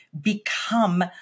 become